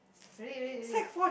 really really really